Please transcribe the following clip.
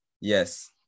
Yes